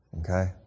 Okay